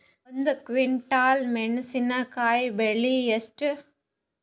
ಒಂದು ಕ್ವಿಂಟಾಲ್ ಮೆಣಸಿನಕಾಯಿ ಬೆಲೆ ಎಷ್ಟು?